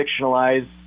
fictionalized